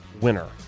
winner